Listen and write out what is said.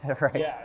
right